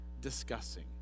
discussing